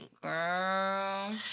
Girl